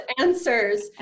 answers